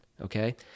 okay